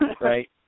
right